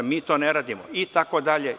Mi ni to ne radimo itd.